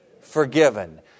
forgiven